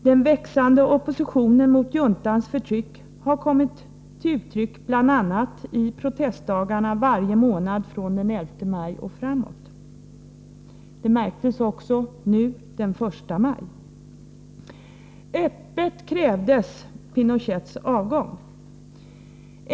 Den växande oppositionen mot juntans förtryck har kommit till uttryck bl.a. i de nationella protestdagarna varje månad från den 11 maj och framåt.” Det märktes också nu den 1 maj. ”Öppet krävs general Pinochets avgång.